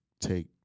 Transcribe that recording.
take